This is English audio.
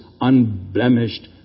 unblemished